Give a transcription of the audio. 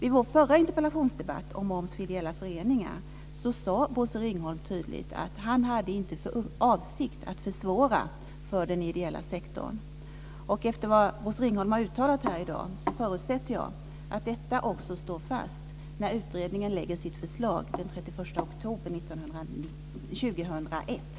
I vår förra interpellationsdebatt om moms för ideella föreningar sade Bosse Ringholm tydligt att han inte hade för avsikt att försvåra för den ideella sektorn. Efter vad Bosse Ringholm har uttalat här i dag förutsätter jag att detta står fast den 31 oktober i år när utredningen lägger fram sitt förslag.